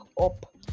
up